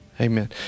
Amen